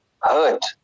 hurt